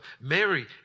Mary